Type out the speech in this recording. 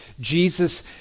Jesus